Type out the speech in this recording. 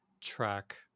track